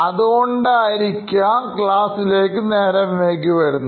അതുകൊണ്ടായിരിക്കാംക്ലാസിലേക്ക് നേരം വൈകി വരുന്നത്